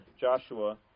Joshua